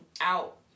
out